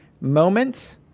moment